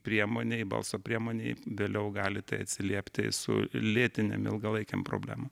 priemonei balso priemonei vėliau gali tai atsiliepti su lėtinėm ilgalaikėm problemom